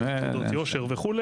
תעודות יושר וכו'.